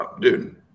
dude